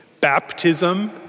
baptism